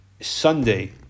Sunday